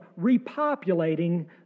repopulating